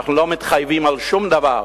אנחנו לא מתחייבים על שום דבר.